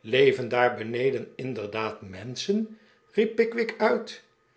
leven daar beneden inderdaad menschen riep pickwick uit